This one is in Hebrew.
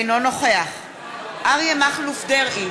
אינו נוכח אריה מכלוף דרעי,